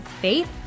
faith